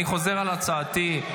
אני חוזר על הצעתי.